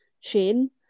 Shane